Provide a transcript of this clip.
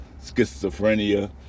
schizophrenia